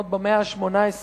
עוד במאה ה-18,